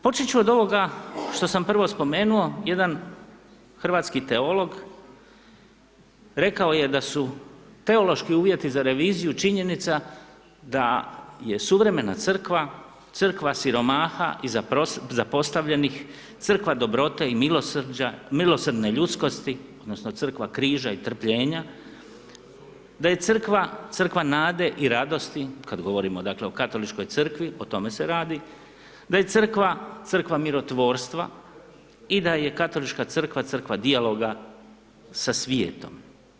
Počet ću od ovoga što sam prvo spomenuo jedan hrvatski teolog rekao je da su teološki uvjeti za reviziju činjenica da je suvremena crkva, crkva siromaha i zapostavljenih, crkva dobrote i milosrđa, milosrdne ljudskosti odnosno crkva križa i trpljenja, da je crkva, crkva nade i radosti, kad govorimo dakle o Katoličkoj crkvi o tome se radi, da je crkva, crkva mirotvorstva i da je Katolička crkva, crkva dijaloga sa svijetom.